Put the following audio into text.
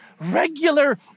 regular